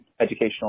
educational